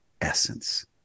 essence